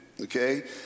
okay